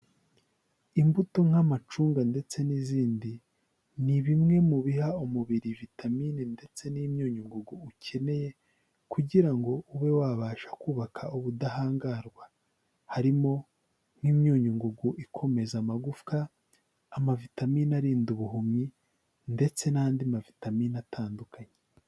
Imbuto nk'amacunga ndetse n'izindi ni bimwe mu biha umubiri vitamine ndetse n'imyunyu ngugu ukeneye kugira ngo ube wabasha kubaka ubudahangarwa harimo nk'imyunyu ngugu ikomeza amagufwa amavitamine arinda ubuhumyi ndetse n'andi mavitamine atandukanye.